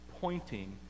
pointing